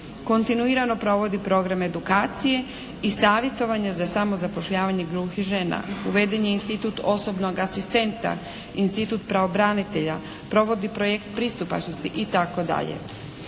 kontinuirano provodi program edukacije i savjetovanja za samozapošljavanje gluhih žena. Uveden je institut osobnog asistenta, institut pravobranitelja, provodi projekt pristupačnosti itd.